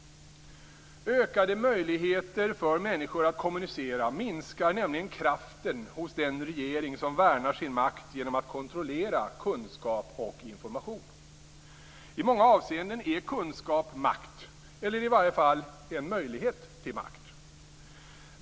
Ökade möjligheter för människor att kommunicera minskar nämligen kraften hos den regering som värnar sin makt genom att kontrollera kunskap och information. I många avseenden är kunskap makt eller i varje fall en möjlighet till makt.